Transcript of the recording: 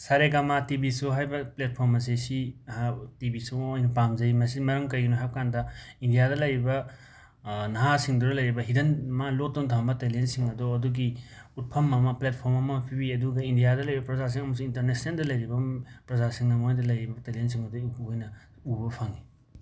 ꯁꯥꯔꯦꯒꯥꯃꯥ TV show ꯍꯥꯏꯕ platform ꯑꯁꯦ ꯁꯤ ꯍꯥ ꯇꯤ ꯕꯤ ꯁꯣ ꯑꯣꯏꯅ ꯄꯥꯝꯖꯩ ꯃꯁꯤ ꯃꯔꯝ ꯀꯩꯒꯤꯅꯣ ꯍꯥꯏꯕꯀꯥꯟꯗ ꯏꯟꯗ꯭ꯌꯥꯗ ꯂꯩꯔꯤꯕ ꯅꯍꯥꯁꯤꯡꯗꯨꯗ ꯂꯩꯔꯤꯕ ꯍꯤꯗꯟ ꯃꯥ ꯂꯣꯠꯇꯨꯅ ꯊꯝꯕ ꯇꯦꯂꯦꯟꯁꯤꯡ ꯑꯗꯣ ꯑꯗꯨꯒꯤ ꯎꯠꯐꯝ ꯑꯃ ꯄ꯭ꯂꯦꯠꯐꯣꯝ ꯑꯃ ꯄꯤꯕꯤꯌꯦ ꯑꯗꯨꯒ ꯏꯟꯗ꯭ꯌꯥꯗ ꯂꯩꯔꯤꯕ ꯄ꯭ꯔꯖꯥꯁꯤꯡ ꯑꯃꯁꯨꯡ ꯏꯟꯇꯅꯦꯁꯅꯦꯟꯗ ꯂꯩꯔꯤꯕ ꯄ꯭ꯔꯖꯥꯁꯤꯡꯅ ꯃꯣꯏꯗ ꯂꯩꯔꯤꯕ ꯇꯦꯂꯦꯟꯁꯤꯡ ꯑꯗꯨ ꯎꯠꯄ ꯑꯣꯏꯅ ꯎꯕ ꯐꯪꯏ